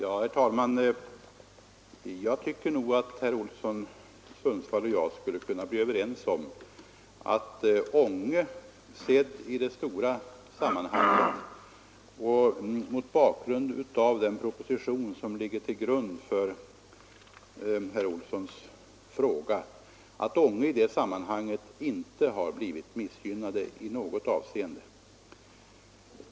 Herr talman! Mot bakgrund av den proposition som ligger till grund för herr Olssons i Sundsvall fråga tycker jag att herr Olsson och jag skulle kunna enas om att Ånge inte i något avseende blivit missgynnat i sammanhanget.